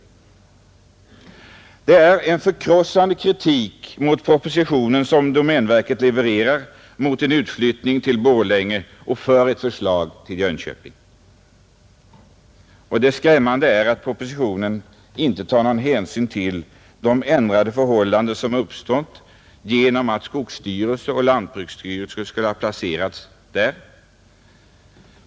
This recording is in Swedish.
Det är en förkrossande kritik som domänverket levererar mot utflyttningen till Borlänge i enlighet med propositionens förslag. Allt talar för förslaget om en utflyttning till Jönköping. Det skrämmande är att propositionen inte tar någon hänsyn till de ändrade förhållanden som uppstått genom att skogsstyrelsen och lantbruksstyrelsen skulle ha placerats där.